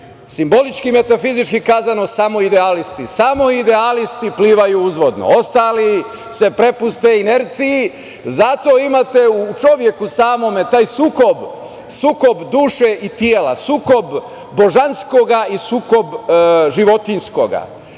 simbolički i metafizički kazano – samo idealisti. Samo idealisti plivaju uzvodno, ostali se prepuste inerciji. Zato imate u čoveku samom taj sukob duše i tela, sukob božanskog i sukob životinjskog.